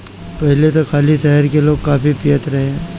पहिले त खाली शहर के लोगे काफी पियत रहे